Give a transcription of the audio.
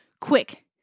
quick